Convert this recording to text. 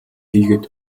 хийгээд